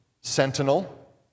sentinel